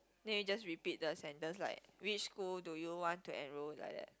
then you just repeat the sentence like which school do you want to enroll like that